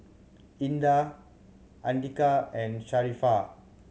Indah Andika and Sharifah